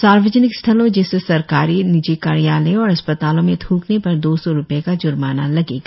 सार्वजनिक स्थलों जैसे सरकारी निजी कार्यालयों और अस्पतालों में थ्कने पर दो सौ रुपए का जुर्माना लगेगा